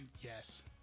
yes